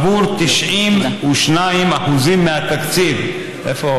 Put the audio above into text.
עבור 92% מהתקציב, איפה